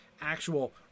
actual